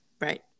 Right